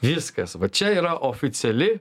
viskas va čia yra oficiali